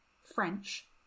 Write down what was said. French